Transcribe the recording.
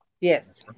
Yes